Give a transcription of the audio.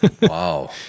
Wow